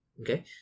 Okay